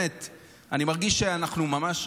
אני מרגיש שאנחנו ממש,